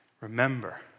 Remember